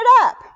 up